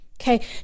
Okay